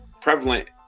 prevalent